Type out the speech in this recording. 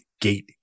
gate